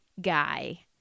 guy